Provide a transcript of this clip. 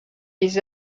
les